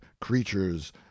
creatures